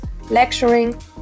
lecturing